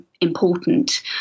important